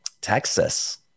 Texas